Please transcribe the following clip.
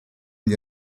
gli